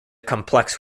complex